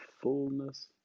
fullness